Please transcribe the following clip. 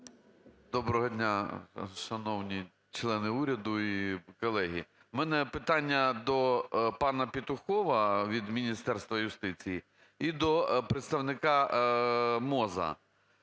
Доброго дня, шановні члени уряду і колеги. У мене питання до пана Петухова від Міністерства юстиції і до представника МОЗу.